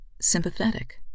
Sympathetic